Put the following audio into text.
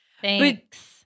Thanks